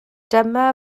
dyma